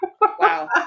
Wow